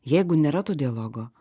jeigu nėra to dialogo